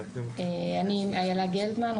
אני איילה גלדמן,